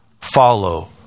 follow